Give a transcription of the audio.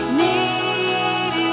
need